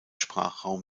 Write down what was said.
sprachraum